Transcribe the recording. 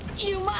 you